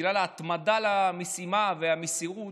בגלל ההתמדה במשימה והמסירות,